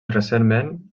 recentment